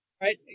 right